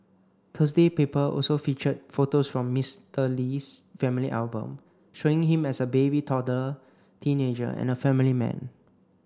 Thursday paper also featured photos from Mister Lee's family album showing him as a baby toddler teenager and a family man